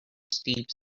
steve